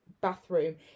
bathroom